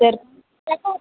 சரி